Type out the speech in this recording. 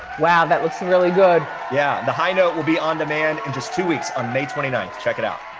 wow, that looks really good. yeah, the high note will be on demand in and just two weeks, on may twenty ninth. check it out.